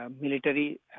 military